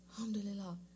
Alhamdulillah